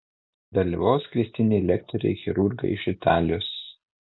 dalyvaus kviestiniai lektoriai chirurgai iš italijos